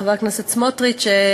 חבר הכנסת סמוטריץ,